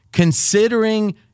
Considering